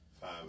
Five